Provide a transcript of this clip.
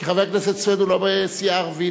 כי חבר הכנסת סוייד הוא לא בסיעה ערבית,